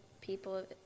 people